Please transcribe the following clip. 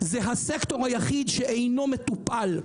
זה הסקטור היחיד שאינו מטופל.